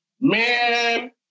Man